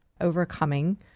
overcoming